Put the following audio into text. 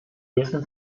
dessen